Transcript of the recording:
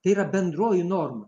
tai yra bendroji norma